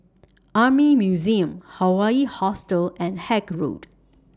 Army Museum Hawaii Hostel and Haig Road